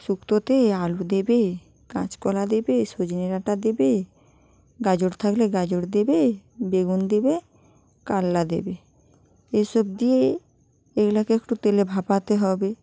শুক্তোতে আলু দেবে কাঁচকলা দেবে সজনে ডাঁটা দেবে গাজর থাকলে গাজর দেবে বেগুন দেবে কালনা দেবে এসব দিয়ে এগুলাকে একটু তেলে ভাপাতে হবে